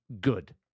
good